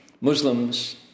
Muslims